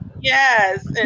Yes